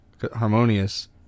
harmonious